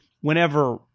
whenever